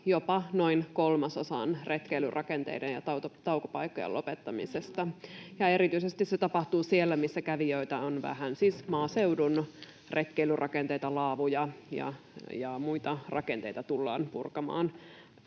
jopa noin kolmasosaan retkeilyrakenteiden ja taukopaikkojen lopettamisesta. [Eveliina Heinäluoma: Kyllä!] Erityisesti se tapahtuu siellä, missä kävijöitä on vähän. Siis maaseudun retkeilyrakenteita, laavuja ja muita rakenteita, tullaan purkamaan